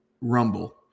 Rumble